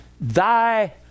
thy